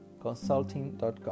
consulting.com